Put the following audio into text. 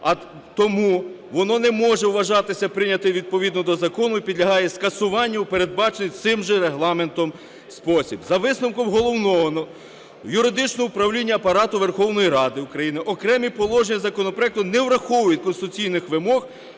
тому воно не може вважатися прийнятим відповідно до закону і підлягає скасуванню в передбачений цим же Регламентом спосіб. За висновком Головного юридичного управління Апарату Верховної Ради України окремі положення законопроекту не враховують конституційних вимог,